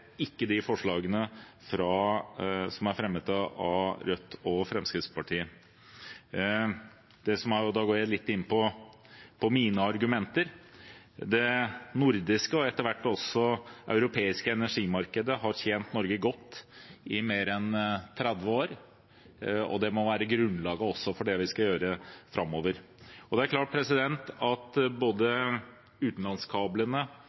ikke forslagene som har blitt fremmet av Rødt og Fremskrittspartiet. Nå vil jeg komme inn på mine argumenter. Det nordiske energimarkedet og – etter hvert – det europeiske energimarkedet har tjent Norge godt i mer enn 30 år, og det må være grunnlaget for det vi skal gjøre framover også. Det er klart at både utenlandskablene